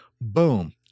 Boom